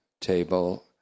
table